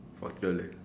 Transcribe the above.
forty dollar